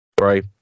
Right